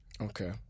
Okay